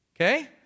Okay